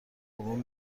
بابام